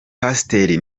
pasiteri